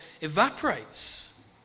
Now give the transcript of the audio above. Evaporates